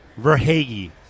Verhage